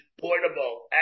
portable